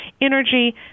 energy